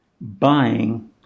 buying